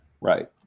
Right